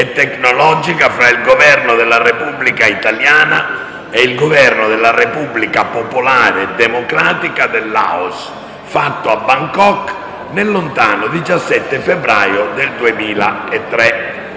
tecnologica fra il Governo della Repubblica italiana ed il Governo della Repubblica popolare democratica del Laos, fatto a Bangkok il 17 febbraio 2003.